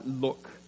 look